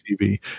TV